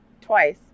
twice